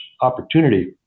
opportunity